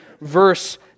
verse